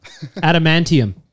Adamantium